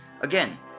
Again